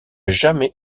jamais